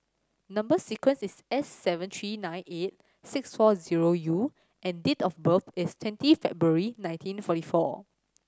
number sequence is S seven three nine eight six four zero U and date of birth is twenty February nineteen forty four